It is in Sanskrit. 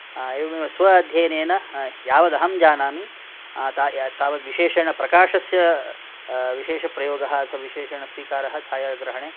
एवमेव स्व अध्ययेन यावद् अहं जानामि तावद् प्रकाशस्य विशेषप्रयोगः विशेषेणस्वीकारः छायाग्रहणे